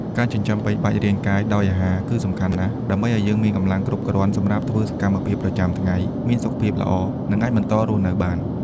ការចិញ្ចឹមបីបាច់រាងកាយដោយអាហារគឺសំខាន់ណាស់ ដើម្បីឱ្យយើងមានកម្លាំងគ្រប់គ្រាន់សម្រាប់ធ្វើសកម្មភាពប្រចាំថ្ងៃ មានសុខភាពល្អ និងអាចបន្តរស់នៅបាន។